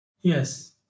Yes